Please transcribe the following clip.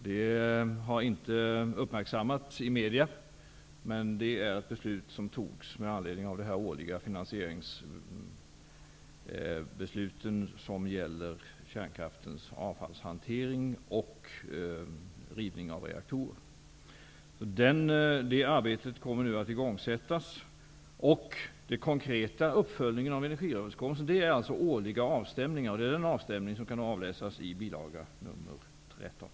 Det har inte uppmärksammats i media, men det är ett beslut som har fattats med anledning av de årliga finansieringsbeslut som gäller kärnkraftens avfallshantering och rivning av reaktorer. Det arbetet kommer nu att igångsättas. Den konkreta uppföljningen av energiöverenskommelsen är alltså årliga avstämningar, och det är en sådan avstämning som kan avläsas i bil. 13.